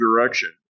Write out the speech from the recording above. direction